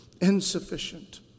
insufficient